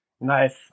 Nice